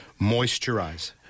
Moisturize